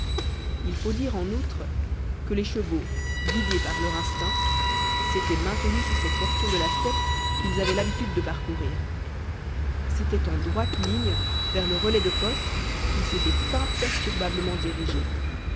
il faut dire en outre que les chevaux guidés par leur instinct s'étaient maintenus sur cette portion de la steppe qu'ils avaient l'habitude de parcourir c'était en droite ligne vers le relais de poste qu'ils s'étaient imperturbablement dirigés